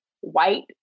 white